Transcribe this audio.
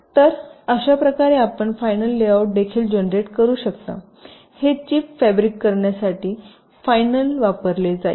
तर अशा प्रकारे आपण फायनल लेआउट देखील जनरेट करू शकता हे चिप फॅब्रिक करण्यासाठी फायनल वापरले जाईल